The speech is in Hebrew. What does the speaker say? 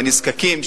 הנזקקים,